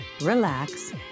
relax